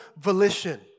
volition